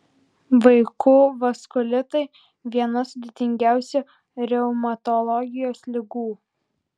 vaikų vaskulitai viena sudėtingiausių reumatologijos ligų